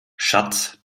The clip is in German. schatz